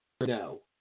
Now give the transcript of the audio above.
No